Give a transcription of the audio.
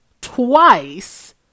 twice